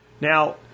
Now